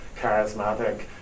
Charismatic